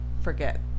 forget